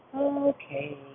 Okay